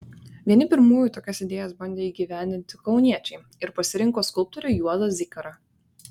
vieni pirmųjų tokias idėjas bandė įgyvendinti kauniečiai ir pasirinko skulptorių juozą zikarą